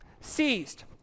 Seized